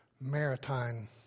Maritime